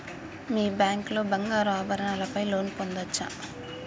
మీ bank లో బంగారు ఆభరణాల పై లోన్ పొందచ్చా?